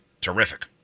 Terrific